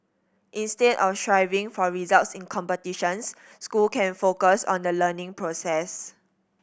instead of striving for results in competitions school can focus on the learning process